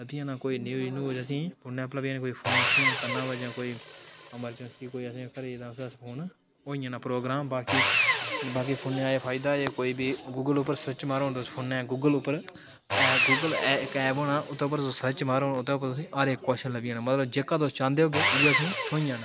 लब्भी जाना कोई न्यूज नूह्ज असें ई फोनै उप्पर लब्भी जानी कोई फोन शोन करना होऐ जां कोई ऐमरजैंसी कोई असें ई घरै ई फोन होई जाना प्रोग्राम बाकी बाकी फोनै दा एह् फायदा कोई बी गूगल उप्पर सर्च मारो तुस फोनै पर गूगल उप्पर ऐप्प गूगल इक ऐप्प होना उस उप्पर तुस सर्च मारो तुस ओह्दे पर हर इक क्वश्चन लब्भी जाना मतलब जेह्का तुस चांह्दे होगे उ'ऐ तुसें ई थ्होई जाना